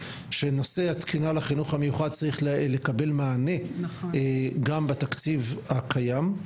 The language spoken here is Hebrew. שנושא התקינה לחינוך המיוחד צריך לקבל מענה גם בתקציב הקיים.